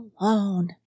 alone